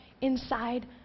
inside